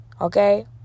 Okay